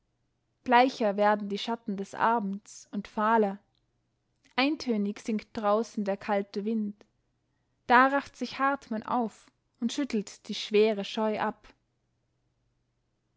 bleicher werden die schatten des abends und fahler eintönig singt draußen der kalte wind da rafft sich hartmann auf und schüttelt die schwere scheu ab